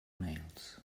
nails